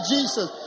Jesus